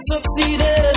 succeeded